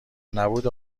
نبود